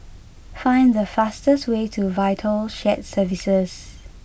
find the fastest way to Vital Shared Services